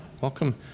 Welcome